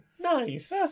Nice